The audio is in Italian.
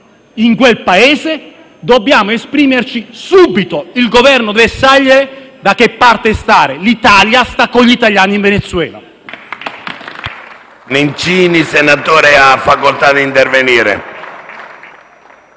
in quel Paese? Dobbiamo esprimerci subito. Il Governo deve scegliere da che parte stare. L'Italia sta con gli italiani in Venezuela.